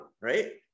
right